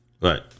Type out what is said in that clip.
Right